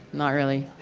not really.